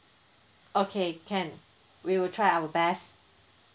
okay can we will try our best